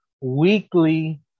weekly